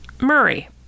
Murray